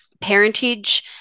parentage